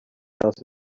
house